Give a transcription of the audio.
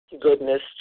goodness